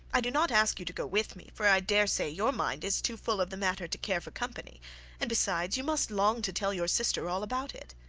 i do not ask you to go with me, for i dare say your mind is too full of the matter to care for company and besides, you must long to tell your sister all about it.